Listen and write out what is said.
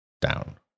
down